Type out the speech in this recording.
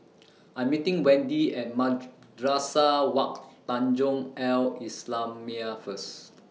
I'm meeting Wendi At Madrasah Wak Tanjong Al Islamiah First